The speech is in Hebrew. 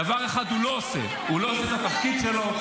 דבר אחד הוא לא עושה, הוא לא עושה את התפקיד שלו.